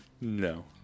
No